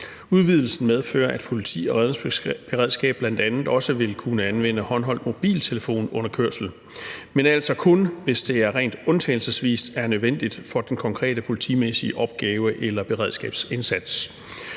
Udvidelsen medfører, at politiet og redningsberedskabet bl.a. også vil kunne anvende håndholdt mobiltelefon under kørsel, men altså kun hvis det rent undtagelsesvis er nødvendigt for den konkrete politimæssige opgave eller beredskabsindsats.